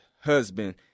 husband